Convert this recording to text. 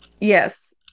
Yes